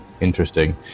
interesting